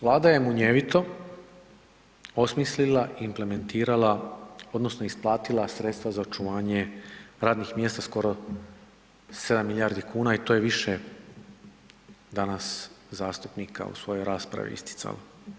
Vlada je munjevito osmislila i implementirala odnosno isplatila sredstva za očuvanje radnih mjesta skoro 7 milijardi kuna i to je više danas zastupnika u svojoj raspravi isticalo.